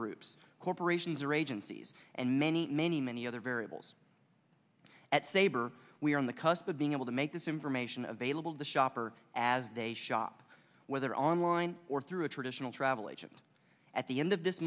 groups corporations or agencies and many many many other variables at sabor we are on the cusp of being able to make this information available to the shopper as they shop whether online or through a traditional travel agent at the end of this